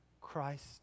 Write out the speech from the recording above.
Christ